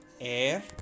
air